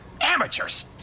Amateurs